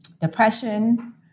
depression